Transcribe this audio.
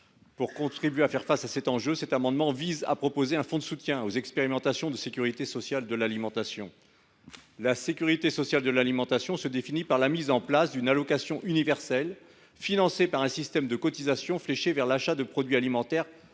lors, la situation a encore empiré. Cet amendement vise donc à proposer un fonds de soutien aux expérimentations de sécurité sociale de l’alimentation. La sécurité sociale de l’alimentation se définit par la mise en place d’une allocation universelle, financée par un système de cotisations et fléchée vers l’achat de produits alimentaires